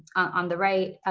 on the right.